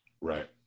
right